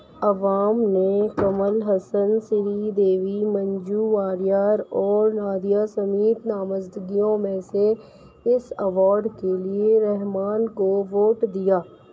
عوام نے کمل حسن سری دیوی منجو واریار اور نادیہ سمیت نامزدگیوں میں سے اس ایوارڈ کے لیے رحمان کو ووٹ دیا